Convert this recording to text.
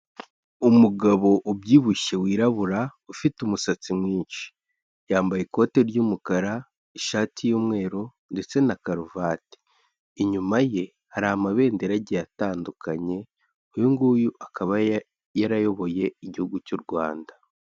Umugabo ubyibushye wirabura ufite umusatsi mwinshi, yambaye ikote ry'umukara, ishati y'umweru ndetse na karuvati, inyuma ye hari amabendera agiye atandukanye, uyu nguyu akaba yarayoboye igihugu cy'u Rwanda.